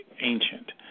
ancient